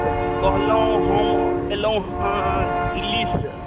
तऽ कहलहुँ हम अयलहुँ हँ दिल्लीसँ